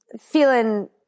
feeling